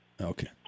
Okay